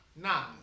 Nah